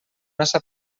massa